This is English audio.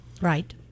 Right